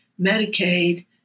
Medicaid